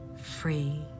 free